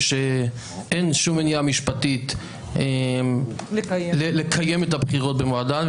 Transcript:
שאין שום מניעה משפטית לקיים את הבחירות במועדן,